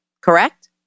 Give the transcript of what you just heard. Correct